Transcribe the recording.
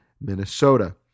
Minnesota